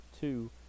two